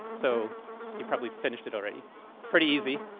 so you've probably finished it already. it's pretty easy,